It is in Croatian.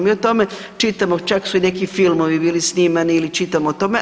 Mi o tome čitamo, čak su i neki filmovi bili snimani ili čitamo o tome.